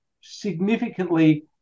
significantly